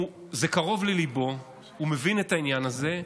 זה קרוב לליבו, הוא מבין את העניין הזה,